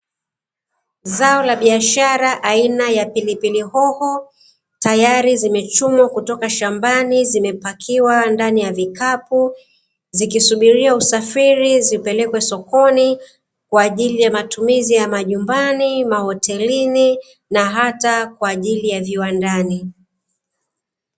Zao la biashara aina ya pilipili hoho tayari zimechumwa kutoka shambani, zimepakiwa ndani ya vikapu zikisubiria usafiri zipelekwe sokoni, kwa ajili ya matumizi ya majumbani, mahotelini, na hata kwa ajili ya viwandani.